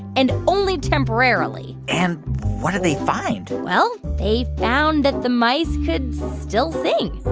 and only temporarily and what did they find? well, they found that the mice could still sing.